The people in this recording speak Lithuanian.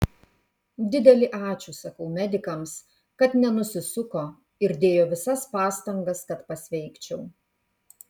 didelį ačiū sakau medikams kad nenusisuko ir dėjo visas pastangas kad pasveikčiau